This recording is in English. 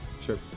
Sure